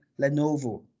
Lenovo